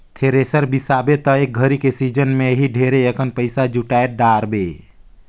thresher बिसाबे त एक घरी के सिजन मे ही ढेरे अकन पइसा जुटाय डारबे